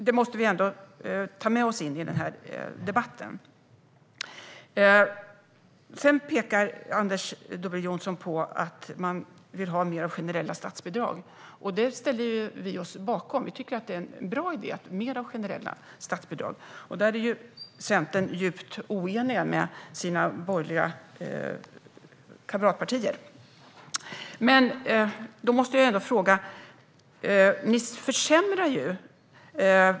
Det måste vi ändå ta med oss in i den här debatten. Anders W Jonsson pekar på att man vill ha mer generella statsbidrag. Det ställer vi oss bakom - vi tycker att det är en bra idé med mer av generella statsbidrag. Där är ju Centern djupt oenig med sina borgerliga kamratpartier. Jag måste ändå ställa en fråga.